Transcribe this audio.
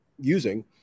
using